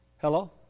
Hello